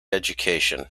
education